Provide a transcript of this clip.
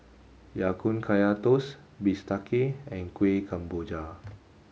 Ya Kun Kaya Toast Bistake and Kueh Kemboja